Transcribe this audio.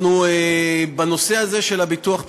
אנחנו, בנושא הזה של ביטוח פיקדונות,